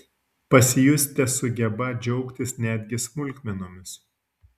pasijusite sugebą džiaugtis netgi smulkmenomis